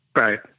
Right